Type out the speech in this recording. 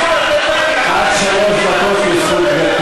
דקות לרשות גברתי.